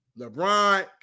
LeBron